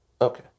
Okay